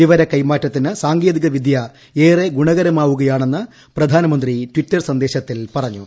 വിവര കൈമാറ്റത്തിന് സാങ്കേതികവിദ്യ് ഏറെ ഗുണകരമാവുകയാണെന്ന് പ്രധാനമന്ത്രി ട്വിറ്റർ സന്ദേശൃത്തിൽ പറഞ്ഞു